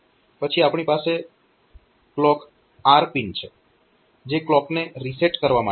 પછી આપણી પાસે ક્લોક R પિન છે જે ક્લોકને રિસેટ કરવા માટે છે